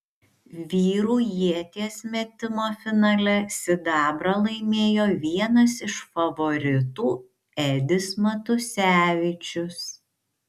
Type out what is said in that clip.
vyrų ieties metimo finale sidabrą laimėjo vienas iš favoritų edis matusevičius